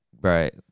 right